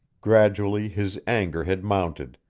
gradually his anger had mounted,